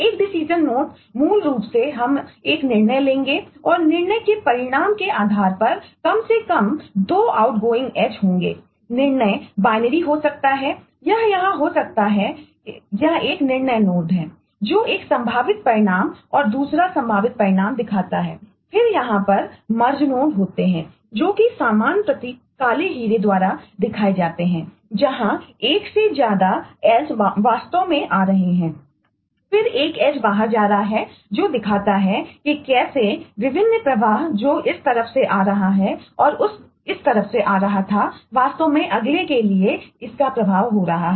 एक decision nodes बाहर जा रहा है जो दिखाता है कि कैसे विभिन्न प्रवाह जो इस तरफ से आ रहा था और इस तरफ से आ रहा था वास्तव में अगले के लिए इसका प्रभाव हो रहा है